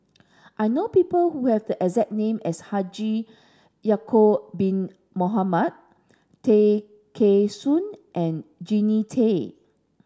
I know people who have the exact name as Haji Ya'acob bin Mohamed Tay Kheng Soon and Jannie Tay